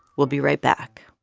we'll be right back